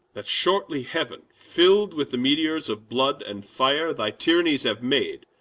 that shortly heaven, fill'd with the meteors of blood and fire thy tyrannies have made,